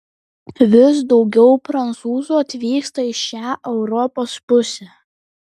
vis daugiau prancūzų atvyksta į šią europos pusę